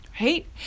right